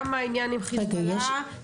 גם העניין עם חיזבאללה,